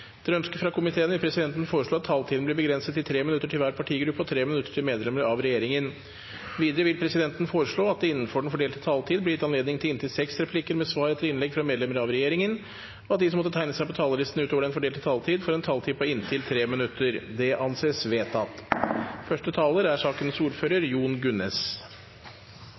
Etter ønske fra næringskomiteen vil presidenten foreslå at taletiden blir begrenset til 5 minutter til hver partigruppe og 5 minutter til medlemmer av regjeringen. Videre vil presidenten foreslå at det – innenfor den fordelte taletid – blir gitt anledning til inntil seks replikker med svar etter innlegg fra medlemmer av regjeringen, og at de som måtte tegne seg på talerlisten utover den fordelte taletid, får en taletid på inntil 3 minutter. – Det anses vedtatt.